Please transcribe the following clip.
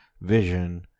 Vision